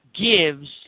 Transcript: gives